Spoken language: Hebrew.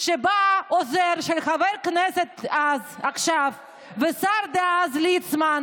שבא העוזר של חבר כנסת עכשיו והשר דאז ליצמן,